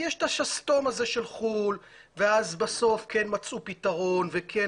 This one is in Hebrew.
יש את השסתום הזה של חו"ל ואז בסוף כן מצאו פתרון וכן